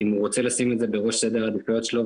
אם הוא רוצה לשים את זה בראש סדר העדיפויות שלו,